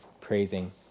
praising